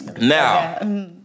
Now